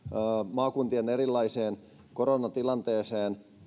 maakuntien erilaisesta koronatilanteesta